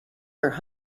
her